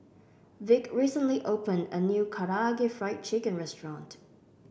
Vick recently opened a new Karaage Fried Chicken Restaurant